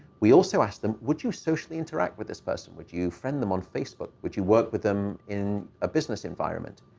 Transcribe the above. we also asked them, would you socially interact with this person? would you friend them on facebook? would you work with them in a business environment?